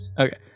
Okay